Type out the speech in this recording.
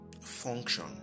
function